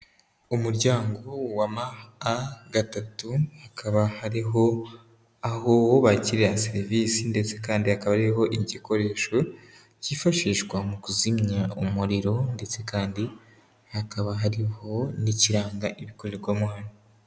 Umuryango wa M A gatatu, hakaba hariho aho wubakira serivisi ndetse kandi hakaba hariho igikoresho kifashishwa mu kuzimya umuriro, ndetse kandi hakaba hariho n'ikiranga ibikorerwamo.